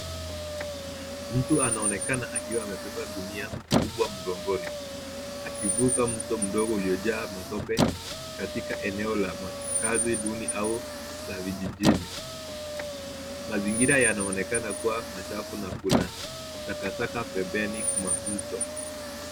Mtu anaonekana akiwa amebeba gunia kubwa mgongoni, akivuka mto mdogo uliyojaa matope katika eneo la makazi duni au la vijijini. Mazingira yanaonekana kuwa machafu na kuna takataka pembeni mwa mto.